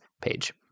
page